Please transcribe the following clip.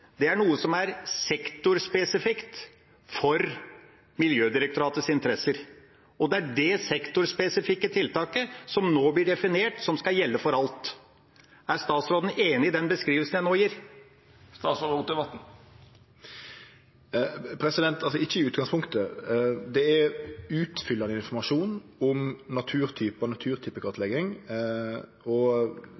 det er noe som er sektorspesifikt for Miljødirektoratets interesser. Og det er det sektorspesifikke tiltaket, som nå blir definert, som skal gjelde for alt. Er statsråden enig i den beskrivelsen jeg nå gir? Ikkje i utgangspunktet. Det er utfyllande informasjon om